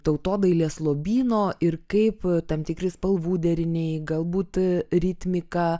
tautodailės lobyno ir kaip tam tikri spalvų deriniai galbūt ritmika